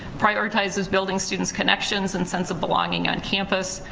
prioritizes building students' connections and sense of belonging on campus,